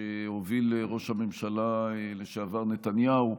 שהוביל ראש הממשלה לשעבר נתניהו,